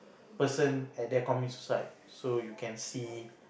person at there commit suicide so you can see